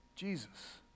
Jesus